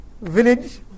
village